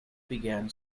began